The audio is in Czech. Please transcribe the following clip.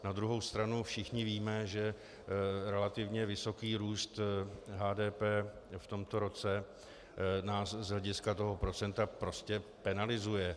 Na druhou stranu všichni víme, že relativně vysoký růst HDP v tomto roce nás z hlediska toho procenta prostě penalizuje.